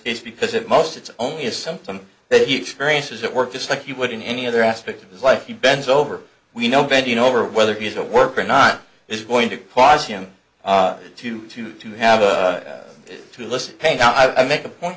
is because it most it's only a symptom that you experience at work just like you would in any other aspect of his life he bends over we know bending over whether he's a work or not is going to cause him to to to have to listen again i make a point